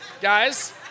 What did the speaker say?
guys